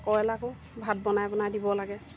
কয়লাৰকো ভাত বনাই বনাই দিব লাগে